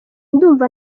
ndumva